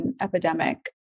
epidemic